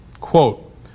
Quote